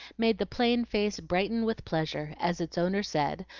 made the plain face brighten with pleasure as its owner said,